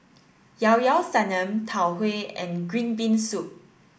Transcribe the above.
Llao Llao Sanum Tau Huay and green bean soup